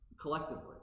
collectively